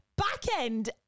backend